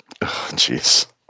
jeez